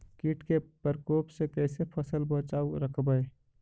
कीट के परकोप से कैसे फसल बचाब रखबय?